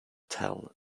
tell